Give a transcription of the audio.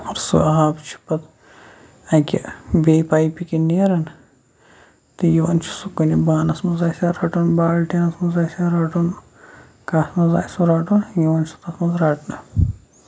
سُہ آب چھُ پَتہٕ اَکہِ بیٚیہِ پایپہِ کِن نیران تہٕ یِوان چھُ سُہ کُنہِ بانَس منٛز آسہِ ہا رَٹُن بالٹیٖنَس منٛز آسہِ ہا ڑَٹُن کَتھ منٛز آسہِ سُہ رَٹُن یِوان چھُ سُہ تَتھ منٛز رَٹنہٕ